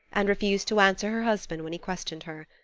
and refused to answer her husband when he questioned her.